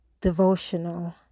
devotional